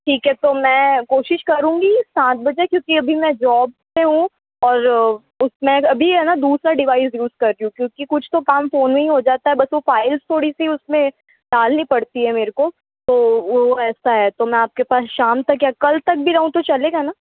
ठीक है तो मैं कोशिश करूंगी सात बजे क्योंकि मैं अभी जॉब पे हूँ और उस अभी है ना मैं दूसरा डिवाइस यूज़ कर रही हूँ क्योंकि कुछ तो काम फोन ही हो जाता है बस वो फाइल्स थोड़ सी उसमें डालनी पड़ती है मेरे को तो वो ऐसा है तो मैं आपके पास शाम तक या कल तक भी आऊं तो चलेगा ना